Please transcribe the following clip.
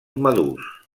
madurs